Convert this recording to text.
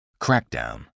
crackdown